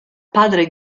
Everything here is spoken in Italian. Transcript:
padre